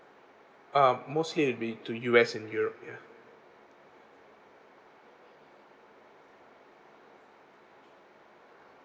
ah mostly will be to U_S and europe ya